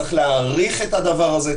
צריך להאריך את הדבר הזה.